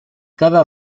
cada